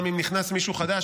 גם אם נכנס מישהו חדש,